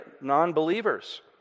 non-believers